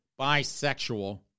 bisexual